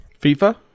FIFA